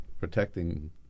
protecting